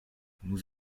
nous